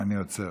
אני עוצר.